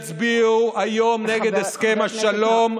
חבר הכנסת שחאדה.